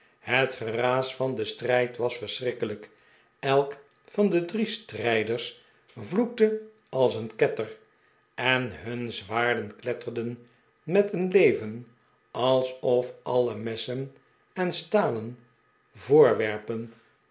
het geraas van den strijd was verschrikkelijk elk van de drie strijders vloekte als een ketter en hun zwaarden kletterden met een leven alsof alle messen en stalen voorwerpen